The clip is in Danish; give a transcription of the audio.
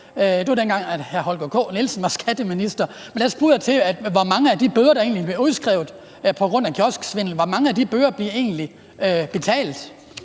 det var dengang, hr. Holger K. Nielsen var skatteminister – hvor mange af de bøder, der blev udskrevet på grund af kiosksvindel, der egentlig